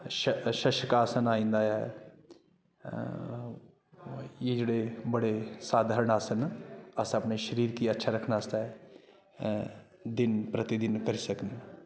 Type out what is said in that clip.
शशका आसन आइंदा ऐ एह् जेह्डे़ बडे़ साधारण आसन न अस अपने शरीर गी अच्छा रक्खने आस्तै दिन प्रतिदिन करी सकने